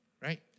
right